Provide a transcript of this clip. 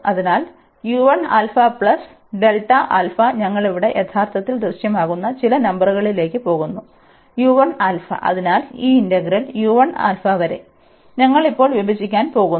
അതിനാൽ ഞങ്ങൾ ഇവിടെ യഥാർത്ഥത്തിൽ ദൃശ്യമാകുന്ന ചില നമ്പറുകളിലേക്ക് പോകുന്നു അതിനാൽ ഈ ഇന്റഗ്രൽ വരെ ഞങ്ങൾ ഇപ്പോൾ വിഭജിക്കാൻ പോകുന്നു